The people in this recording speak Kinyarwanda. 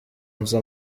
nzu